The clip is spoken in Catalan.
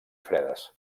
fredes